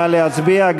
נא להצביע.